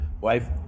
wife